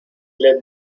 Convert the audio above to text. led